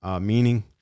Meaning